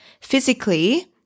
physically